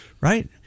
right